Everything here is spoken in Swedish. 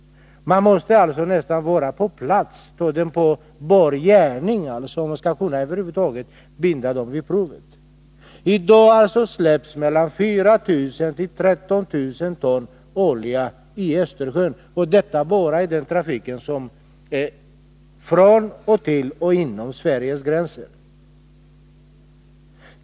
Man måste alltså nästan vara på plats och ta fartyget på bar gärning för att kunna binda det vid provet. I dag släpps mellan 4 000 och 13 000 ton olja i Östersjön — då är det bara fråga om den trafik som går till, från och inom Sveriges gränser.